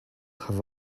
have